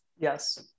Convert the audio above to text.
yes